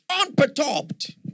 unperturbed